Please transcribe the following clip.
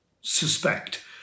suspect